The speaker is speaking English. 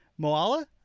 Moala